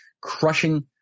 crushing